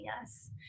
Yes